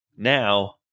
Now